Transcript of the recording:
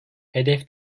hedef